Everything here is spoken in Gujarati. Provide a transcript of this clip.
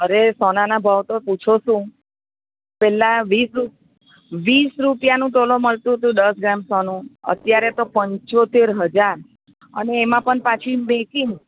અરે સોનાના ભાવ તો પૂછો શું પેલા વીસ રૂ વીસ રૂપિયાનું તોલો મળતું હતું દસ ગ્રામ સોનુ અત્યારે તો પંચોતેર હજાર અને એમાં પણ પાછી મેકિંગ